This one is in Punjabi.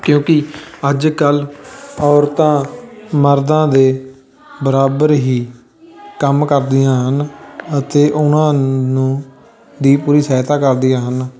ਕਿਉਂਕਿ ਅੱਜ ਕੱਲ੍ਹ ਔਰਤਾਂ ਮਰਦਾਂ ਦੇ ਬਰਾਬਰ ਹੀ ਕੰਮ ਕਰਦੀਆਂ ਹਨ ਅਤੇ ਉਹਨਾਂ ਨੂੰ ਦੀ ਪੂਰੀ ਸਹਾਇਤਾ ਕਰਦੀਆਂ ਹਨ